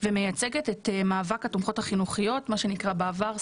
ומייצגת את מאבק התומכות החינוכיות מה שנקרא בעבר,